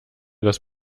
dass